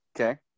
okay